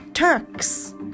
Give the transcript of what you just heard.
Turks